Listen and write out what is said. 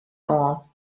all